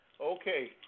Okay